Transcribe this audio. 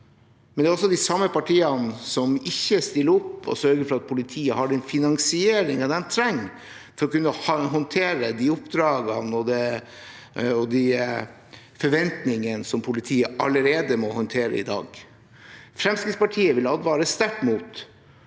håndtere, men som ikke stiller opp og sørger for at politiet har den finansieringen de trenger for å kunne håndtere de oppdragene og de forventningene politiet allerede må håndtere i dag. Fremskrittspartiet vil advare sterkt mot